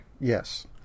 Yes